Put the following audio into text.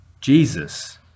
Jesus